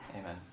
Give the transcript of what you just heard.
Amen